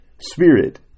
spirit